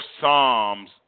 Psalms